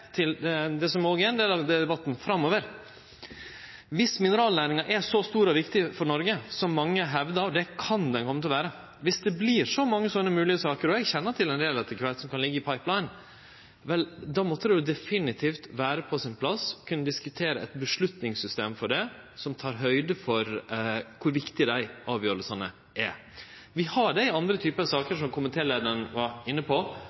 til det som også er ein del av debatten framover: Dersom mineralnæringa er så stor og viktig for Noreg som mange hevdar, og det kan ho kome til å verte, dersom det vert så mange slike moglege saker – og eg kjenner til ein del etter kvart som kan liggje «i pipeline» – måtte det definitivt vere på sin plass å kunne diskutere eit vedtakssystem for det, som tek høgd for at dei avgjerdene er viktige. Vi har det i andre typar saker, som komitéleiaren var inne på,